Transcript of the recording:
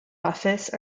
office